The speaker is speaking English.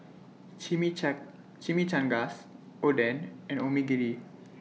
Chimichangas Oden and Onigiri